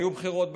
היו בחירות,